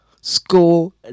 school